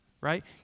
right